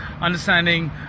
understanding